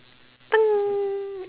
toot